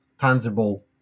tangible